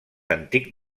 antic